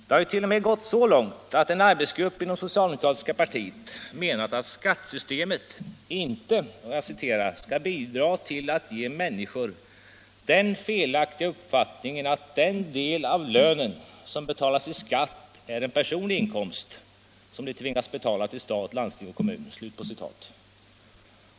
Det har t.o.m. gått så långt att en arbetsgrupp inom det socialdemokratiska partiet menat att skattesystemet inte ”skall bidra till att ge människor den felaktiga uppfattningen att den del av lönen som betalas i skatt är en personlig inkomst som de tvingas betala till stat, landsting och kommun”.